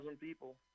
people